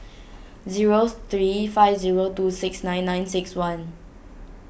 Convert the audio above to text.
zero three five zero two six nine nine six one